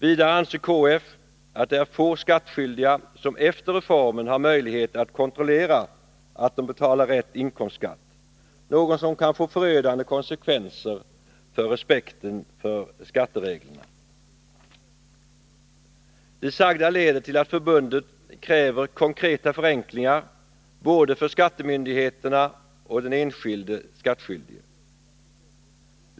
Vidare anser KF att det är få skattskyldiga som efter reformen har möjlighet att kontrollera att de betalar rätt inkomstskatt, något som kan få förödande konsekvenser för respekten för skattereglerna. Det sagda leder till att förbundet kräver konkreta förenklingar för både skattemyndigheterna och den enskilde skattskyldige.